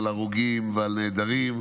על הרוגים ועל נעדרים.